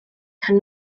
can